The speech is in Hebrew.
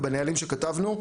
ובנהלים שאנחנו כתבנו,